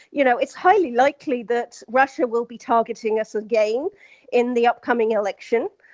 you know it's highly likely that russia will be targeting us again in the upcoming election.